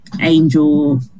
Angel